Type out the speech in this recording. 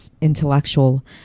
intellectual